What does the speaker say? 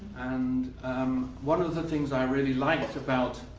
and one of the things i really liked about